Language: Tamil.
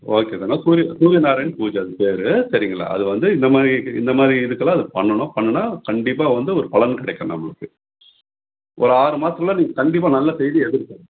ஓகே தானா சூரிய சூரியநாராயணா பூஜை அதுக்கு பேர் சரிங்களா அது வந்து இந்த மாதிரி இந்த மாதிரி இதுக்கெல்லாம் அது பண்ணணும் பண்ணுனால் கண்டிப்பாக வந்து ஒரு பலன் கிடைக்கும் நம்மளுக்கு ஒரு ஆறு மாதத்துல நீங்கள் கண்டிப்பாக நல்ல செய்தி எதிர்பார்ப்பீங்க